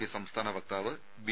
P സംസ്ഥാന വക്താവ് B